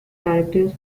directors